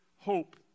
hope